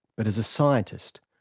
but, as a scientist,